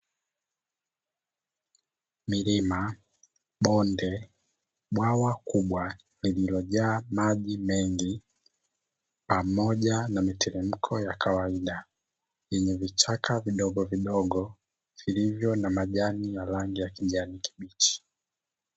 Milima, bonde, bwawa kubwa lililojaa maji mengi pamoja na miteremko ya kawaida yenye vichaka vidogo vidogo vilivyo na majani ya rangi ya kijani kibichi.